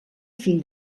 fill